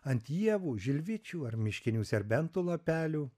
ant ievų žilvičių ar miškinių serbentų lapelių